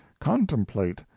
contemplate